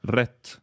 rätt